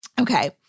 Okay